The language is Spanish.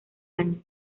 año